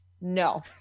No